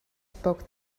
spoke